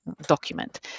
document